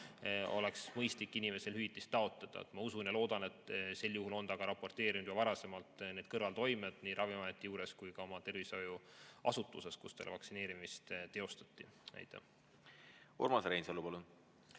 oleks mõistlik inimesel hüvitist taotleda. Ma usun ja loodan, et sel juhul on ta ka raporteerinud juba varasemalt nende kõrvaltoimete kohta nii Ravimiametis kui ka oma tervishoiuasutuses, kus talle vaktsineerimist tehti.